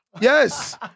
Yes